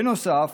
בנוסף,